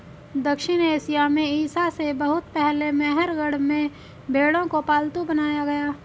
दक्षिण एशिया में ईसा से बहुत पहले मेहरगढ़ में भेंड़ों को पालतू बनाया गया